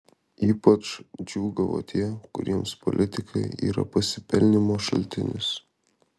ypač džiūgavo tie kuriems politika yra pasipelnymo šaltinis